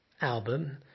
album